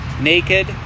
naked